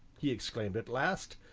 he exclaimed at last,